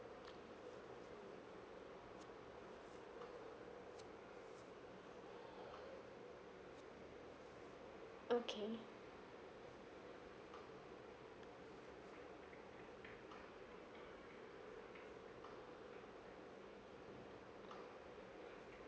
okay